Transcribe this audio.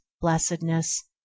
blessedness